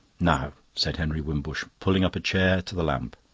now, said henry wimbush, pulling up a chair to the lamp.